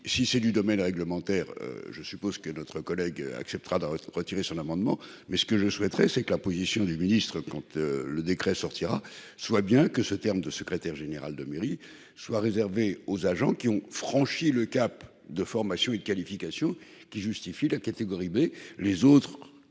si c'est du domaine réglementaire, je suppose que notre collègue acceptera de retirer son amendement. Mais ce que je souhaiterais, c'est que la position du ministre compte le décret sortira, soit bien que ce terme de secrétaire général de mairie soit réservé aux agents qui ont franchi le cap de formation et de qualification qui justifie la catégorie mais les autres